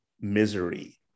misery